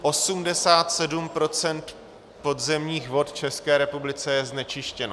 Osmdesát sedm procent podzemních vod v České republice je znečištěno.